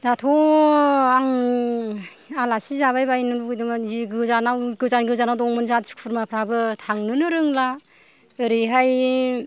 दाथ' आं आलासि जाबाय बायनो लुबैदोंमोन जि गोजानाव गोजान गोजानाव दं जाथि खुरमाफ्राबो थांनोनो रोंला ओरैहाय